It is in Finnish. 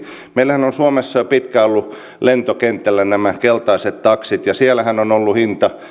meillähän on suomessa pitkään ollut lentokentällä nämä keltaiset taksit ja siellähän on ollut hinta